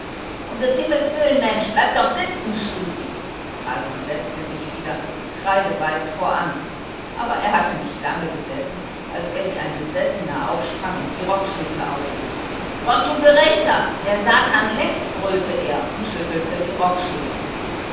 um des himmels willen mensch bleib doch sitzen schrie sie carlsson setzte sich wieder kreideweiß vor angst aber er hatte nicht lange gesessen als er wie ein besessener aufsprang und die rockschöße aufhob gott du gerechter der satan leckt brüllte er und schüttelte die